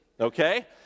okay